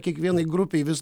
kiekvienai grupei vis